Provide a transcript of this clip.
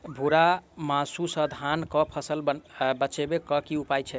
भूरा माहू सँ धान कऽ फसल बचाबै कऽ की उपाय छै?